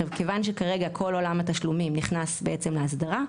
כיוון שכרגע כל עולם התשלומים נכנס כרגע להסדרה,